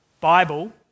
Bible